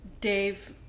dave